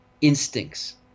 Instincts